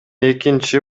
экинчи